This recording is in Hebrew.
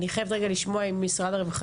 אני חייבת רגע לשמוע אם משרד הרווחה,